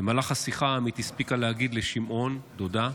במהלך השיחה עמית הספיקה להגיד לשמעון, דודה,